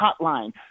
hotline